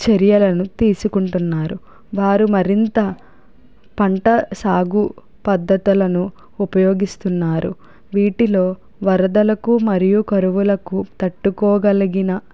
చర్యలను తీసుకుంటున్నారు వారు మరింత పంట సాగు పద్ధతులను ఉపయోగిస్తున్నారు వీటిలో వరదలకు మరియు కరువులకు తట్టుకోగలిగిన